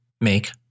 make